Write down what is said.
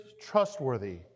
trustworthy